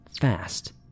fast